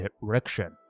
direction